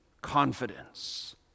confidence